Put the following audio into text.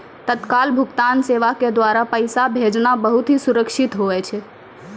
तत्काल भुगतान सेवा के द्वारा पैसा भेजना बहुत ही सुरक्षित हुवै छै